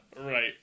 Right